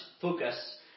focus